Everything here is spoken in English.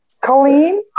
Colleen